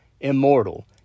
Immortal